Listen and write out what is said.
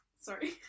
Sorry